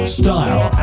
style